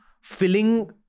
filling